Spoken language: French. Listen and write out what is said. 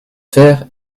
faire